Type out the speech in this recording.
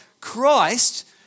Christ